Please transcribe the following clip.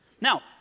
Now